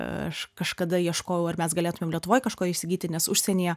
aš kažkada ieškojau ar mes galėtumėm lietuvoj kažko įsigyti nes užsienyje